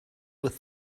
with